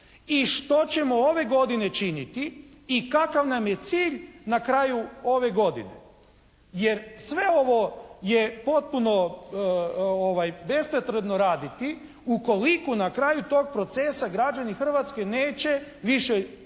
i što ćemo ove godine činiti i kakav nam je cilj na kraju ove godine. Jer sve ovo je potpuno bespotrebno raditi ukoliko na kraju tog procesa građani Hrvatske neće, više